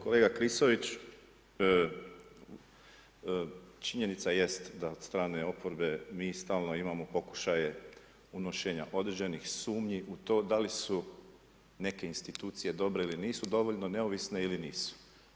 Kolega Klisović, činjenica jest da od strane oporbe mi stalno imamo pokušaje unošenja određenih sumnji u to da li su neke institucije dobre ili nisu dovoljno neovisne ili nisu.